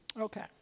Okay